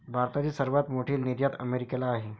भारताची सर्वात मोठी निर्यात अमेरिकेला आहे